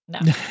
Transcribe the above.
No